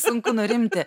sunku nurimti